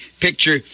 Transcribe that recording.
picture